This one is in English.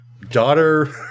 daughter